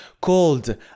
called